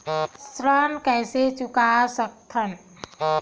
ऋण कइसे चुका सकत हन?